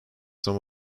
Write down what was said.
some